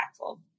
impactful